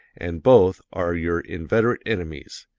and both are your inveterate enemies,